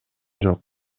жок